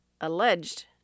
alleged